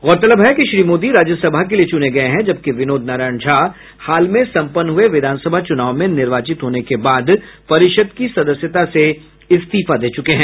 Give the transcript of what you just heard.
गौरतलब है कि श्री मोदी राज्यसभा के लिये चुने गये हैं जबकि विनोद नारायण झा हाल में सम्पन्न हुए विधानसभा चुनाव में निर्वाचित होने के बाद परिषद् की सदस्यता से इस्तीफा दे चुके हैं